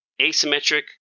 asymmetric